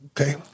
Okay